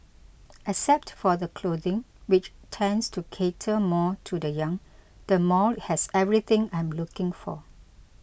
except for the clothing which tends to cater more to the young the mall has everything I am looking for